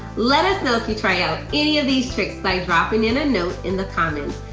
let us know if you try out any of these tricks by dropping in a note in the comments.